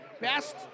best